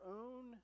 own